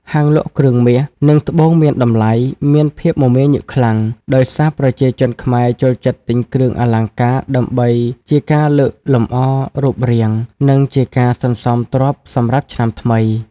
ហាងលក់គ្រឿងមាស និងត្បូងមានតម្លៃមានភាពមមាញឹកខ្លាំង ដោយសារប្រជាជនខ្មែរចូលចិត្តទិញគ្រឿងអលង្ការដើម្បីជាការលើកលម្អរូបរាង និងជាការសន្សំទ្រព្យសម្រាប់ឆ្នាំថ្មី។